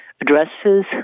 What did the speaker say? addresses